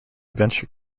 venture